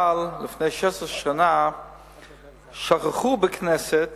אבל לפני 16 שנה שכחו בכנסת